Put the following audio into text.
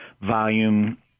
volume